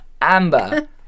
Amber